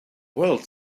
world